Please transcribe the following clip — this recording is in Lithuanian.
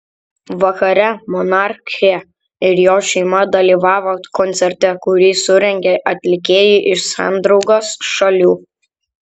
vakare monarchė ir jos šeima dalyvavo koncerte kurį surengė atlikėjai iš sandraugos šalių